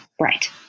Right